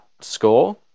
score